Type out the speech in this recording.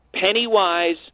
Penny-wise